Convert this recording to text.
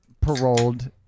paroled